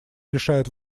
решает